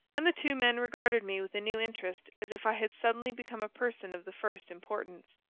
and the two men regarded me with a new interest as if i had suddenly become a person of the first importance.